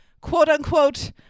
quote-unquote